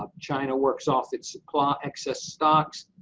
ah china works off its supply excess stock,